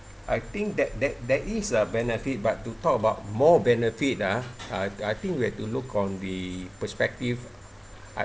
I think that that there is a benefit but to talk about more benefit ah I I think we have to look on the perspective uh